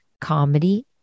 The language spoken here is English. Comedy